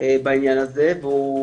בעניין הזה והוא